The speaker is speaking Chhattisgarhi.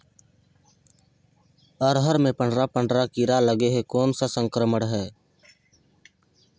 अरहर मे पंडरा पंडरा कीरा लगे हे कौन सा संक्रमण हे?